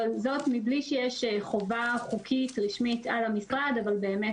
זאת מבלי שיש חובה חוקית רשמית על המשרד אבל באמת